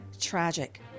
tragic